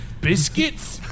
Biscuits